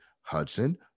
Hudson